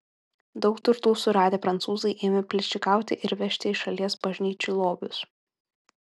daug turtų suradę prancūzai ėmė plėšikauti ir vežti iš šalies bažnyčių lobius